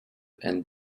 and